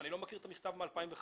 אני לא מכיר את המכתב מ-2005